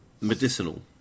medicinal